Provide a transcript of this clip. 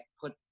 put